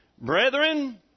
Brethren